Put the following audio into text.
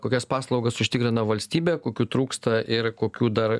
kokias paslaugas užtikrina valstybė kokių trūksta ir kokių dar